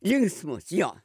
linksmos jo